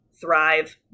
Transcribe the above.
thrive